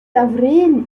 avril